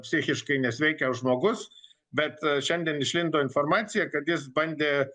psichiškai nesveikas žmogus bet šiandien išlindo informacija kad jis bandė